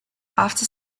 after